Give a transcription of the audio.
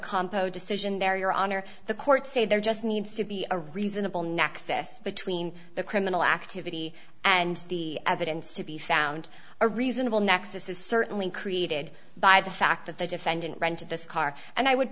compo decision there your honor the court say there just needs to be a reasonable nexus between the criminal activity and the evidence to be found a reasonable nexus is certainly created by the fact that the defendant rented this car and i would